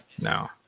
No